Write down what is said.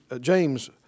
James